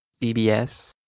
CBS